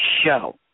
show